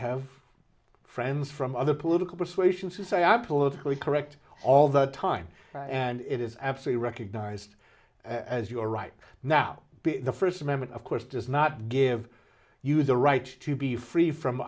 have friends from other political persuasions who say i'm politically correct all the time and it is absolute recognized as your right now the first amendment of course does not give you the right to be free from